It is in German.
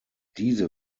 diese